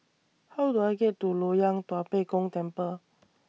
How Do I get to Loyang Tua Pek Kong Temple